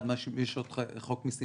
יש את חוק מסים